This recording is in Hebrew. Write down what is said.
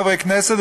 חברי כנסת,